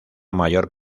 mayor